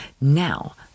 Now